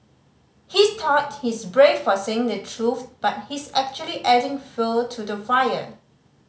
he thought he's brave for saying the truth but he's actually adding fuel to the fire